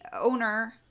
owner